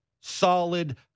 solid